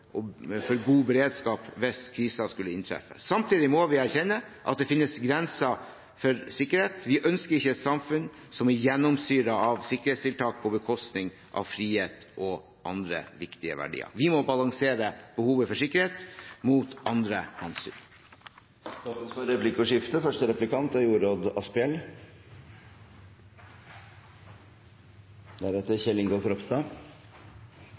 og for god beredskap hvis kriser skulle inntreffe. Samtidig må vi erkjenne at det finnes grenser for sikkerhet. Vi ønsker ikke et samfunn som er gjennomsyret av sikkerhetstiltak på bekostning av frihet og andre viktige verdier. Vi må balansere behovet for sikkerhet mot andre hensyn. Det blir replikkordskifte. Samtrening, samhandling og samvirke er